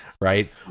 right